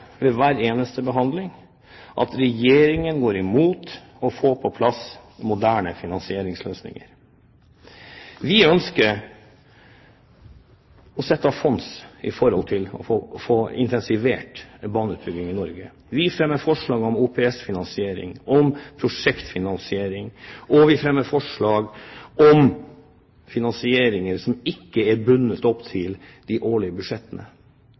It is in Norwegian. ønsker å sette av fonds for å få intensivert baneutbygging i Norge. Vi fremmer forslag om OPS-finansiering og om prosjektfinansiering, og vi fremmer forslag om finansieringer som ikke er bundet opp til de årlige budsjettene.